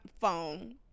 phone